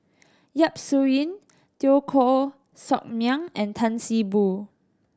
Yap Su Yin Teo Koh Sock Miang and Tan See Boo